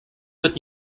wird